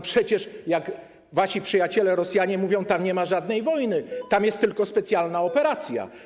Przecież wasi przyjaciele Rosjanie mówią: tam nie ma żadnej wojny, tam jest tylko specjalna operacja.